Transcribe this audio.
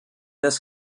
this